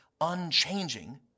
unchanging